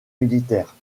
militaire